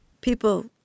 People